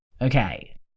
Okay